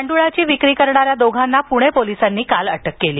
मांड्रळाची विक्री कराणाऱ्या दोघांना प्णे पोलिसांनी काल अटक केली